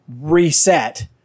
reset